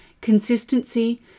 Consistency